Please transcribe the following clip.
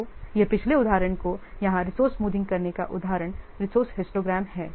तो यह पिछले उदाहरण को यहाँ रिसोर्स स्मूथिंग करने का उदाहरण रिसोर्स हिस्टोग्राम है